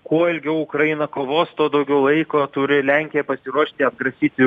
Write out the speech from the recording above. kuo ilgiau ukraina kovos tuo daugiau laiko turi lenkija pasiruošti atgrasyti